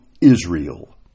Israel